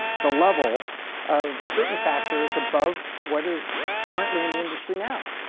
the level of certain factors above what is currently in the industry now?